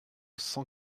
cent